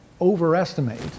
overestimate